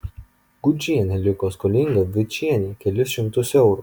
gudžienė liko skolinga vičienei kelis šimtus eurų